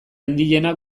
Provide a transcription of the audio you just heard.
handiena